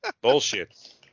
Bullshit